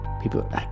people